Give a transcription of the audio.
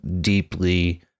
deeply